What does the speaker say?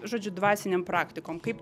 žodžiu dvasinėm praktikom kaip